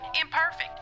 imperfect